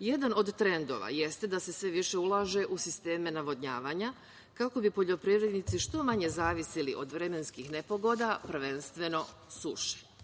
Jedan od trendova jeste da se sve više ulaže u sisteme navodnjavanja, kako bi poljoprivrednici što manje zavisili od vremenskih nepogoda, prvenstveno suše.